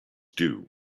due